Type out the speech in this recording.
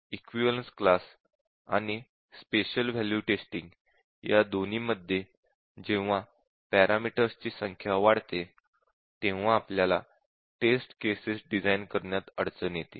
equivalence class आणि special value testing या दोन्हीमध्ये जेव्हा पॅरामीटर्स ची संख्या वाढते तेव्हा आपल्याला टेस्ट केसेस डिझाईन करण्यात अडचण येते